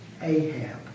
Ahab